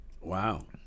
Wow